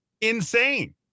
Insane